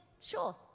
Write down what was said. sure